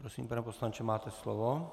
Prosím, pane poslanče, máte slovo.